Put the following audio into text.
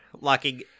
locking